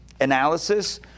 analysis